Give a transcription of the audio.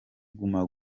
guma